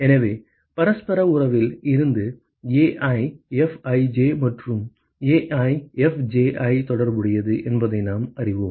எனவே பரஸ்பர உறவில் இருந்து AiFij மற்றும் AjFji தொடர்புடையது என்பதை நாம் அறிவோம்